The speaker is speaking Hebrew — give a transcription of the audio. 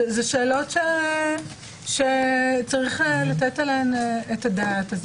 אלו שאלות שצריך לתת עליהן את הדעת.